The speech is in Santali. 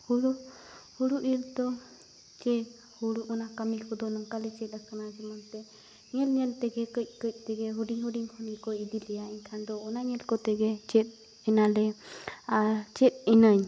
ᱦᱳᱲᱳ ᱦᱳᱲᱳ ᱤᱨᱻᱫᱚ ᱪᱮ ᱦᱳᱲᱳ ᱚᱱᱟ ᱠᱟᱹᱢᱤ ᱠᱚᱫᱚ ᱱᱚᱝᱠᱟᱞᱮ ᱪᱮᱫ ᱟᱠᱟᱱᱟ ᱡᱮᱢᱚᱱᱛᱮ ᱧᱮᱞ ᱧᱮᱞᱛᱮᱜᱮ ᱠᱟᱹᱡ ᱠᱟᱹᱡᱛᱮᱜᱮ ᱦᱩᱰᱤᱧᱼᱦᱩᱰᱤᱧ ᱠᱷᱚᱱᱜᱮᱠᱚ ᱤᱫᱤᱞᱮᱭᱟ ᱮᱱᱠᱷᱟᱱᱫᱚ ᱚᱱᱟ ᱧᱮᱞ ᱠᱟᱛᱮᱜᱮ ᱪᱮᱫᱮᱱᱟᱞᱮ ᱟᱨ ᱪᱮᱫᱮᱱᱟᱹᱧ